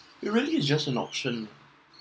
it really is just an option lah